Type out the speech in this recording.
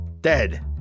Dead